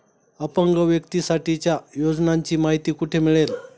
अपंग व्यक्तीसाठीच्या योजनांची माहिती कुठे मिळेल?